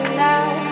now